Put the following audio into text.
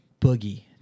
Boogie